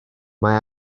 mae